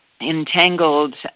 entangled